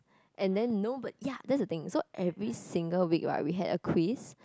and then no but ya that's the thing so every single week right we had a quiz